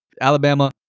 Alabama